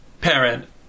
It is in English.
parent